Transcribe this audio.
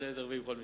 הרביעי בכל משפחה.